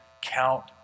count